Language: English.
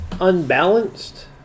unbalanced